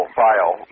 file